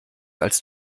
als